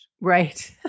Right